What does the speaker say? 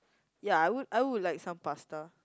ya I would I would like some pasta